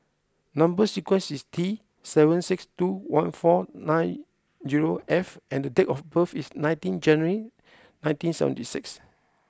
number sequence is T seven six two one four nine zero F and date of birth is nineteen January nineteen seventy six